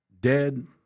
Dead